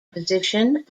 position